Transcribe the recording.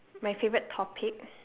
my favourite topic